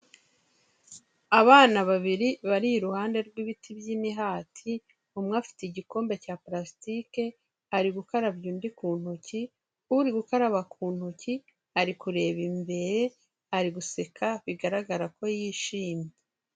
Abana babiri bari iruhande rw'ibiti by'imihati umwe afite igikombe cya pulasitike ari gukarabya undi ku ntoki, uri gukaraba ku ntoki ari kureba imbere ari guseka bigaragara ko yishimye.